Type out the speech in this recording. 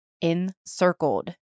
Encircled